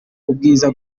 ubwiza